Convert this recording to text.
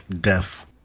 Death